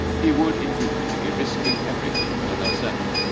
he would indeed be risking everything for her sake.